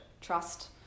trust